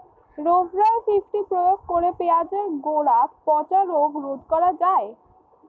Rovral fifty প্রয়োগ করে পেঁয়াজের গোড়া পচা রোগ রোধ করা যায়?